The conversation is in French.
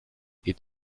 est